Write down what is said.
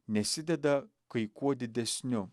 nesideda kai kuo didesniu